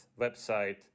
website